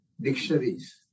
dictionaries